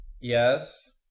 Yes